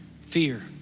Fear